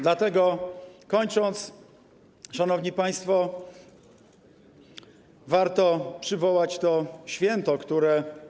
Dlatego kończąc, szanowni państwo, warto przywołać to święto, które.